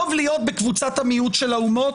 טוב להיות בקבוצת המיעוט של האומות